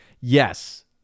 Yes